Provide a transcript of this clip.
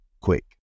quick